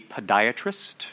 podiatrist